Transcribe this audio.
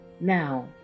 Now